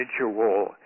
individual